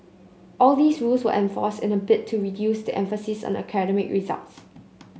all these rules were enforced in a bid to reduce the emphasis on academic results